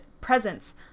presence